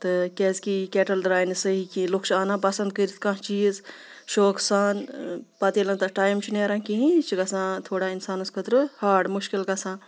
تہٕ کیازِکہِ یہِ کیٹٕل درٛاے نہٕ صحیح کِہیٖنۍ لُکھ چھِ اَنان پَسنٛد کٔرِتھ کانٛہہ چیٖز شوقہٕ سان پَتہٕ ییٚلہِ نہٕ تَتھ ٹایم چھُ نیران کِہیٖنۍ یہِ چھِ گژھان تھوڑا اِنسانَس خٲطرٕ ہاڈ مُشکِل گژھان